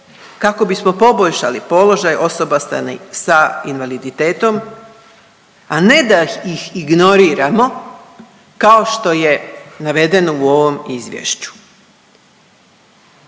kako bismo poboljšali položaj osoba s invaliditetom, a ne da ih ignoriramo kao što je navedeno u ovom Izvješću.